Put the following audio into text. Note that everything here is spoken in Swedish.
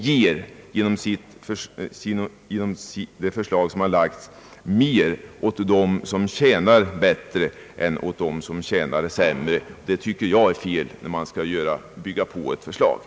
Tendensen är att ge mer åt dem som tjänar bättre än åt dem som tjänar sämre. Det tycker jag är fel när det gäller att bygga ut en reform.